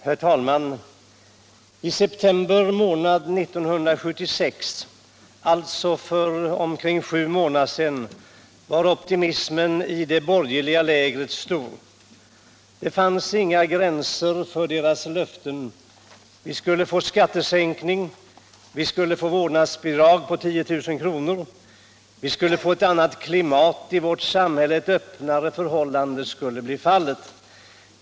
Herr talman! I september månad 1976, alltså för omkring sju månader sedan, var optimismen i det borgerliga lägret stor. Det fanns inga gränser för de borgerligas löften. Vi skulle få skattesänkning, vi skulle få vårdnadsbidrag på 10 000 kr., vi skulle få ett annat klimat i vårt samhälle, ett öppnare förhållande skulle inträda.